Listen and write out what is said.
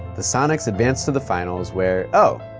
the sonics advanced to the finals where oh,